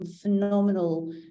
phenomenal